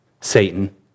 Satan